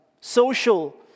social